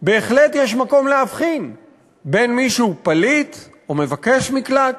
בהחלט יש מקום להבחין בין מי שהוא פליט ומי שהוא מבקש מקלט,